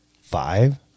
Five